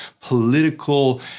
political